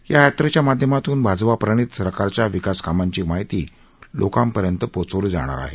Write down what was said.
या यात्रेच्या माध्यमातून भाजपाप्रणित सरकारच्या विकासकामांची माहिती लोकांपर्यंत पोचवली जाणार आहे